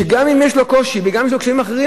שגם אם יש לו קושי וגם אם יש לו קשיים אחרים,